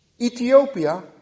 Ethiopia